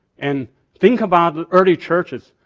and think about early churches.